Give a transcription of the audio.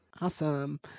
awesome